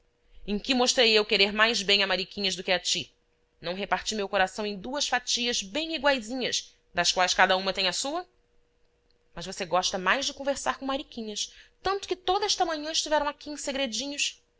em que mostrei eu querer mais bem a mariquinhas do que a ti não reparti meu coração em duas fatias bem iguaizinhas das quais cada uma tem a sua mas você gosta mais de conversar com mariquinhas tanto que toda esta manhã estiveram aqui em segredinhos